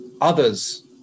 others